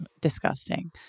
disgusting